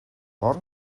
бор